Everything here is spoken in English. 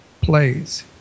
plays